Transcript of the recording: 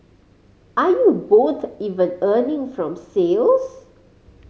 are you both even earning from sales